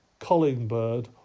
Collingbird